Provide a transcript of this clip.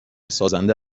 سازنده